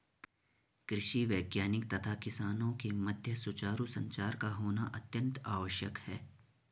कृषि वैज्ञानिक तथा किसानों के मध्य सुचारू संचार का होना अत्यंत आवश्यक है